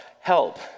help